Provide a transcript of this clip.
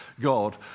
God